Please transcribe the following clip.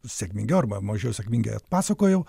sėkmingiau arba mažiau sėkmingai pasakojau